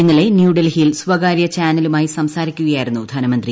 ഇന്നലെ ന്യൂഡൽഹിയിൽ സ്വകാര്യ ചാനലുമായി സംസാരിക്കുകയായിരുന്നു ധനമന്ത്രി